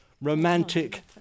romantic